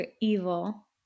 evil